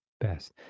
Best